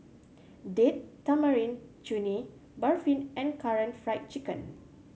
Date Tamarind Chutney Barfi and Karaage Fried Chicken